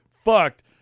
fucked